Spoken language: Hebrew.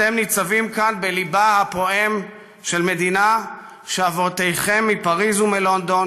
אתם ניצבים כאן בליבה הפועם של מדינה שאבותיכם מפריז ומלונדון